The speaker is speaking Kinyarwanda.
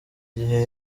gihe